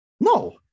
No